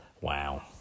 Wow